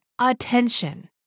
attention